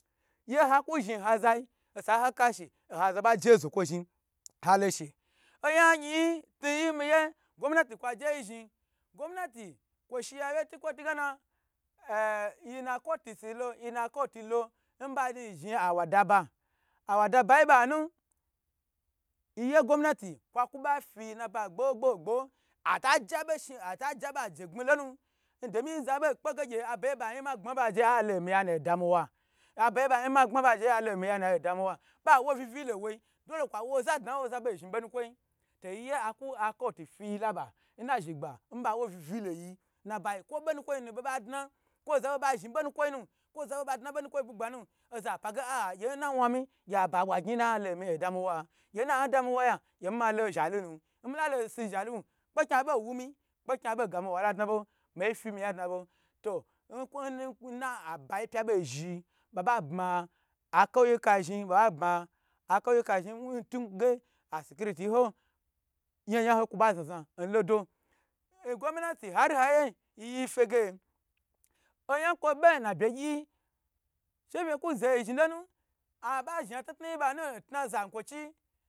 Ye haku zhn ha zayi osa ha kashi oha zaba je ho zokwo zhi halo she oyan yinyi nmiye gomnati kwa je yi zhni gomnati kwo shi yawye ntukwo tu gena yina cotis lo yi na coti lo nba ni zhni awa da ba awada banu yiye gomnati kwa ka ba fi naba gbo gbo gbo ata jabe shi bo aje gbmi lonu domi za be kpege abayi nma gbmabo je alaomyanu alo adamiwa ba wu vilo wo dole kwa wo zadna nwobo zhni bonu kwoyi to yiye aka a cot fiyi laba n na zhni gba nba wu viviyiloyi nnabayi kwobonukwoyinu badno zawo ba zhni bonukwoi nu kwo zabadna bmukwo bugba nu oza page ah gye nawan mi gye abagyi nalo mi adamiwa gye na amiwa ya gye malo shalunu nmilalosi shalu kpekni abo wumi kpekni abo gami wala dnabo mo fi miyan dna bo to nku n abayi pya bo zhi ba ba bma akowuka zhni bababma ntunge asecurity yiho baba zaza nlodo gomnat ar ha ya yiyifege oya kwo be yi na be gyi she fe ku zoyi zhni lonu aba zha tnutnu bana nta zankwo chi.